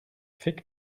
fig